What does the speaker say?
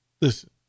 Listen